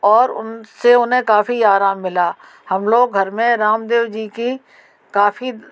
और उनसे उन्हें काफ़ी आराम मिला हम लोग घर मे रामदेव जी की काफ़ी